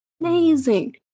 amazing